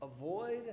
avoid